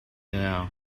now